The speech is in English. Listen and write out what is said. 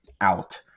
out